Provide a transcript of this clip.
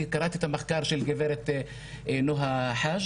אני קראתי את המחקר של גברת נועה חש